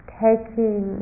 taking